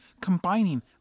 combining